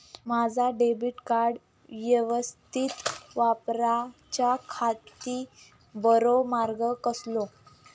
माजा debit card यवस्तीत वापराच्याखाती बरो मार्ग कसलो?